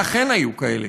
ואכן היו כאלה